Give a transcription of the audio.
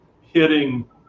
hitting